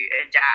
adapt